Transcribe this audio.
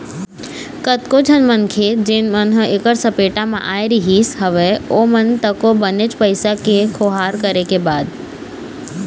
कतको झन मनखे जेन मन ह ऐखर सपेटा म आय रिहिस हवय ओमन तको बनेच पइसा के खोहार करे के बाद